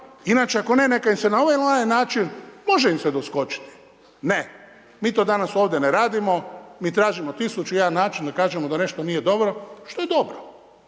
inače ako ne, neka im se na ovaj način, može im se doskočiti. Ne, mi to danas ovdje ne radimo, mi tražimo tisuću i jedan način da kažemo da nešto nije dobro što je dobro.